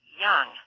young